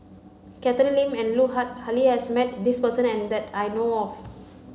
Catherine Lim and Lut Ali has met this person that I know of